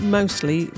mostly